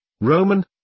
Roman